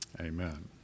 Amen